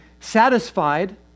satisfied